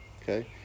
Okay